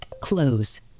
Close